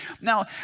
Now